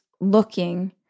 looking